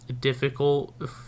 difficult